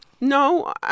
no